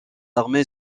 armée